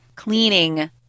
cleaning